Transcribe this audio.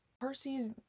Percy's